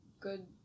good